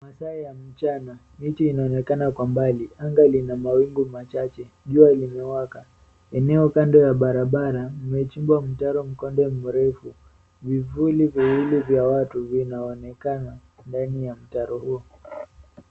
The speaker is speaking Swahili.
Masaa ya mchana. Miti inaonekana kwa mbali. Anga lina mawingu machache. Jua limewaka. Eneo kando ya barabara, mmechimbwa mtaro mkonde mrefu. Vivuli viwili vya watu, vinaonekana ndani ya mtaro huo.